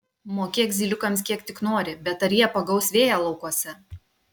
mokėk zyliukams kiek tik nori bet ar jie pagaus vėją laukuose